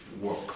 work